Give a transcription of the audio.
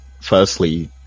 firstly